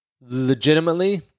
Legitimately